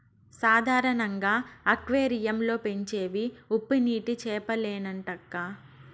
సాధారణంగా అక్వేరియం లో పెంచేవి ఉప్పునీటి చేపలేనంటక్కా